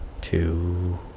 Two